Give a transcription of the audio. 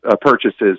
purchases